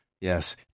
Yes